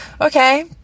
Okay